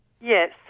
Yes